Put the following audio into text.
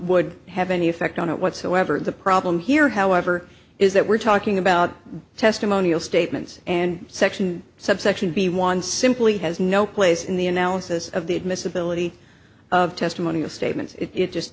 would have any effect on it whatsoever the problem here however is that we're talking about testimonial statements and section subsection b one simply has no place in the analysis of the admissibility of testimonial statements it just